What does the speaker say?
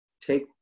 take